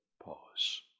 Pause